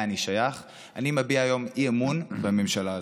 אני שייך אני מביע היום אי-אמון בממשלה הזאת.